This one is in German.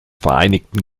vereinigten